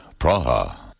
Praha. (